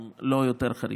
אם לא יותר חריפה.